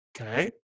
Okay